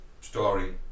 story